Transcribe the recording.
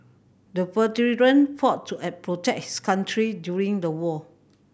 the veteran fought to protect his country during the war